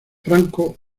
franco